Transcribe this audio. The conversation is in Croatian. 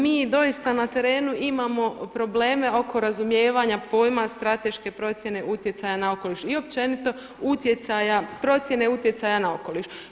Mi doista na terenu imamo probleme oko razumijevanja pojma strateške procjene utjecaja na okoliš i općenito utjecaja, procjene utjecaja na okoliš.